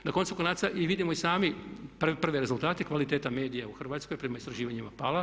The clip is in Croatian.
Na koncu konaca i vidimo i sami prve rezultate, kvalitete medija je u Hrvatskoj prema istraživanjima pala.